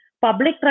public